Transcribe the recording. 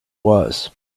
was